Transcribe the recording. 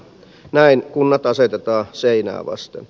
näin kunnat asetetaan seinää vasten